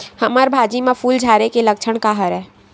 हमर भाजी म फूल झारे के लक्षण का हरय?